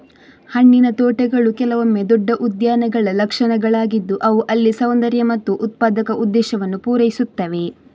ಹಣ್ಣಿನ ತೋಟಗಳು ಕೆಲವೊಮ್ಮೆ ದೊಡ್ಡ ಉದ್ಯಾನಗಳ ಲಕ್ಷಣಗಳಾಗಿದ್ದು ಅವು ಅಲ್ಲಿ ಸೌಂದರ್ಯ ಮತ್ತು ಉತ್ಪಾದಕ ಉದ್ದೇಶವನ್ನು ಪೂರೈಸುತ್ತವೆ